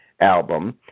album